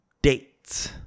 Dates